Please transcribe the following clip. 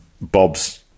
Bob's